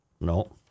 No